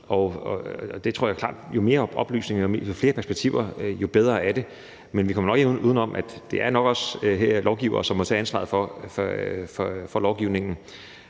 perspektiver, og jo mere oplysning, jo flere perspektiver, jo bedre er det. Men vi kommer nok ikke uden om, at det nok også er os lovgivere, der må tage ansvaret for lovgivningen.